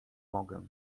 mogę